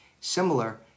similar